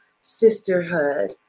sisterhood